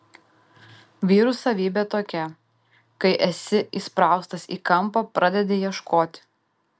vyrų savybė tokia kai esi įspraustas į kampą pradedi ieškoti